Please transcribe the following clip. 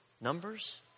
numbers